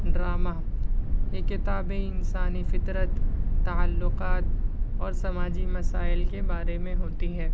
drama یہ کتابیں انسانی فطرت تعلقات اور سماجی مسائل کے بارے میں ہوتی ہے